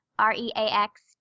r-e-a-x